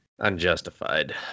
unjustified